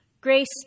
grace